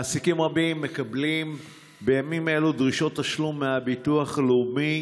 מעסיקים רבים מקבלים בימים אלה דרישות תשלום מהביטוח הלאומי